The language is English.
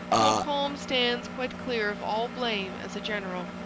montcalm stands quite clear of all blame as a general.